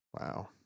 Wow